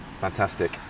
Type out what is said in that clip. Fantastic